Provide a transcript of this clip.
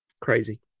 crazy